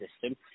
system